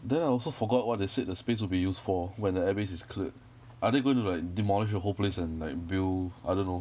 then I also forgot what they said the space will be used for when the air base is cleared are they going to like demolish the whole place and like build I don't know